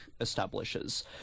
establishes